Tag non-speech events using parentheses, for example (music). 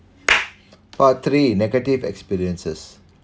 (noise) part three negative experiences